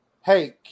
hey